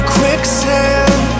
quicksand